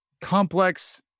complex